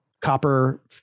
copper